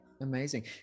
Amazing